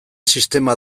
sistema